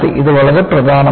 ഇത് വളരെ പ്രധാനമാണ്